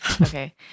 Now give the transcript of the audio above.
Okay